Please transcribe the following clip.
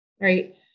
right